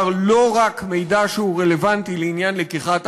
לא רק מידע שהוא רלוונטי לעניין לקיחת האשראי.